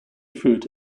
fruit